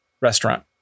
restaurant